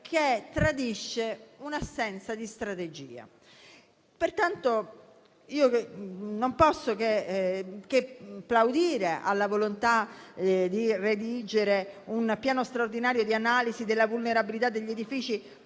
che tradisce sempre un'assenza di strategia. Pertanto, non posso che plaudire alla volontà di redigere un piano straordinario di analisi della vulnerabilità degli edifici